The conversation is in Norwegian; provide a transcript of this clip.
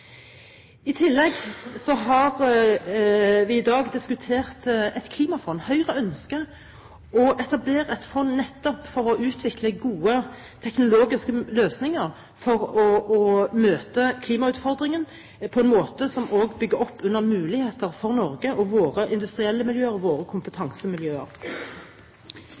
I tillegg har vi i dag diskutert et klimafond. Høyre ønsker å etablere et fond nettopp for å utvikle gode teknologiske løsninger for å møte klimautfordringene på en måte som også bygger opp under muligheter for Norge og våre industrielle miljøer og våre kompetansemiljøer.